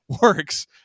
Works